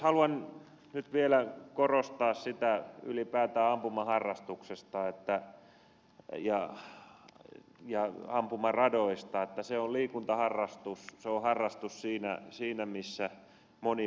haluan nyt vielä korostaa ylipäätään ampumaharrastuksesta ja ampumaradoista sitä että se on liikuntaharrastus se on harrastus siinä missä moni muukin